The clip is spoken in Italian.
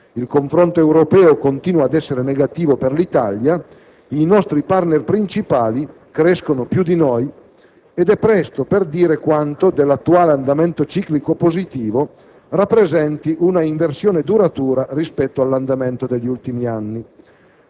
Il confronto europeo continua ad essere negativo per l'Italia, i nostri *partner* principali crescono più di noi ed è presto per dire quanto dell'attuale andamento ciclico positivo rappresenti un'inversione duratura rispetto all'andamento degli ultimi anni.